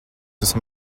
esam